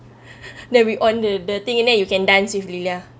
then we on the the thing then you can dance with lilia